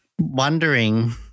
wondering